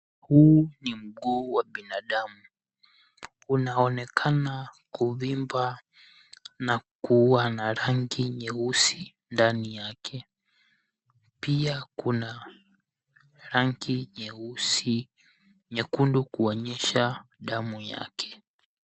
Huu ni mguu wa binadamu. Unaonekana kuvimba na kuwa na rangi nyeusi ndani yake. Pia kuna rangi nyeusi nyekundu kuonyesha rangi ya damu yake.